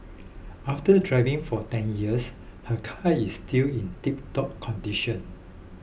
after driving for ten years her car is still in tiptop condition